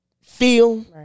feel